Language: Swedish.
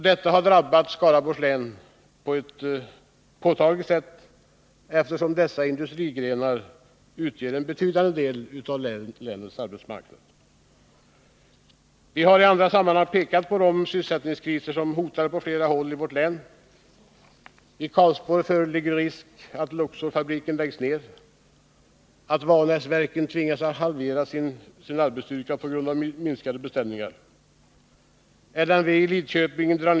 Detta har drabbat Skaraborgs län på ett påtagligt sätt, eftersom dessa industrigrenar utgör en betydande del av länets arbetsmarknad. Vi har i andra sammanhang pekat på de sysselsättningskriser som hotar på flera håll i vårt län. I Karlsborg föreligger risk för att Luxorfabriken läggs ned och att Vanäsverken tvingas halvera sin arbetsstyrka på grund av minskade beställningar.